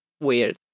weird